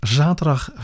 zaterdag